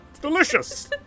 Delicious